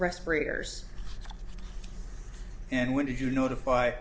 respirators and when did you notify